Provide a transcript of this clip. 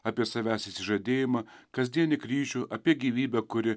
apie savęs išsižadėjimą kasdienį kryžių apie gyvybę kuri